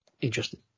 interesting